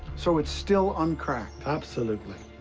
so it's still uncracked. absolutely.